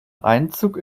einzug